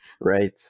Right